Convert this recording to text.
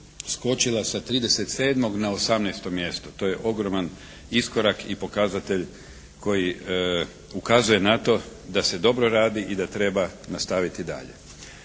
skočila sa 37 na 18. mjesto. To je ogroman iskorak i pokazatelj koji ukazuje na to da se dobro radi i da treba nastaviti dalje.